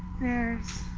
there's